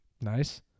Nice